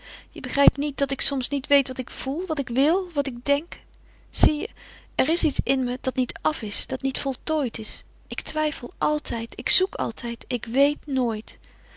je begrijpt niet dat ik soms niet weet wat ik voel wat ik wil wat ik denk zie je er is iets in me dat niet af is dat niet voltooid is ik twijfel altijd ik zoek altijd ik weet nooit